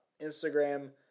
Instagram